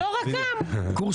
שליש אחרון ליש עתיד פלוס רע"ם.